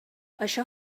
això